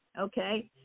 Okay